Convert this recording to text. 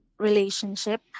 relationship